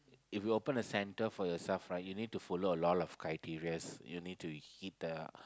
if you open a center for yourself right you need to follow a lot of criteria you need to heed the